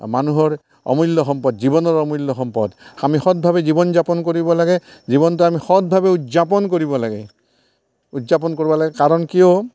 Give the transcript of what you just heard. মানুহৰ অমূল্য সম্পদ জীৱনৰ অমূল্য সম্পদ আমি সদভাৱে জীৱন যাপন কৰিব লাগে জীৱনটো আমি সদভাৱে উদযাপন কৰিব লাগে উদযাপন কৰিব লাগে কাৰণ কিয়